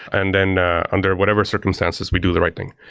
and then under whatever circumstances, we do the right thing.